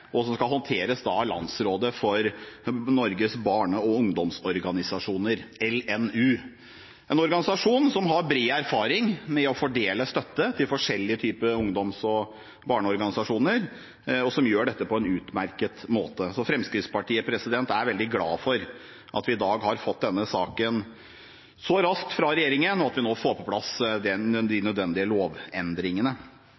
og skal håndteres av Landsrådet for Norges barne- og ungdomsorganisasjoner, LNU, en organisasjon som har bred erfaring med å fordele støtte til forskjellige typer barne- og ungdomsorganisasjoner, og som gjør dette på en utmerket måte. Så Fremskrittspartiet er veldig glad for at vi i dag har fått denne saken så raskt fra regjeringen, og at vi nå får på plass de nødvendige lovendringene.